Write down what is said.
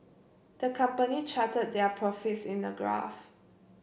the company charted their profits in a graph